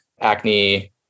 acne